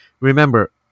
Remember